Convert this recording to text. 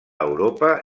europa